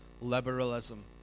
liberalism